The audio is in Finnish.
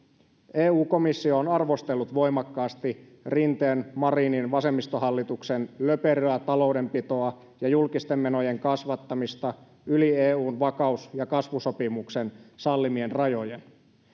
eu komissio on arvostellut voimakkaasti rinteen marinin vasemmistohallituksen löperöä taloudenpitoa ja julkisten menojen kasvattamista yli eun vakaus ja kasvusopimuksen sallimien rajojen